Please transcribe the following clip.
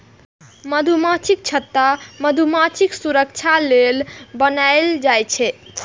मधुमाछीक छत्ता मधुमाछीक सुरक्षा लेल बनाएल जाइ छै